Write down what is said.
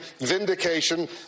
vindication